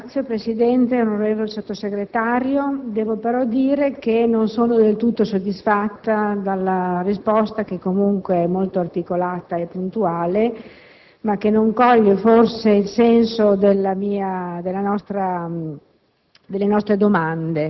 Signor Presidente, onorevole Sottosegretario, devo dire che non sono del tutto soddisfatta della risposta, che comunque è molto articolata e puntuale, ma che forse non coglie il senso delle nostre domande.